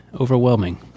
overwhelming